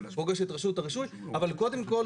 הוא פוגש את רשות הרישוי אבל קודם כל,